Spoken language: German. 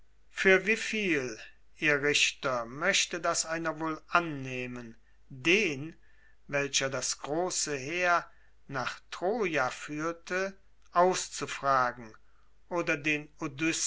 für wieviel ihr richter möchte das einer wohl annehmen den welcher das große heer nach troia führte auszufragen oder den